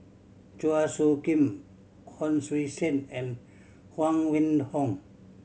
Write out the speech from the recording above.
Chua Soo Khim Hon Sui Sen and Huang Wenhong